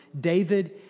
David